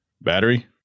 Battery